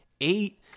eight